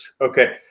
Okay